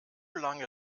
lange